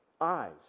Eyes